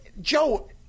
Joe